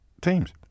teams